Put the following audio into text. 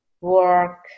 work